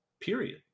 period